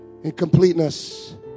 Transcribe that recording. incompleteness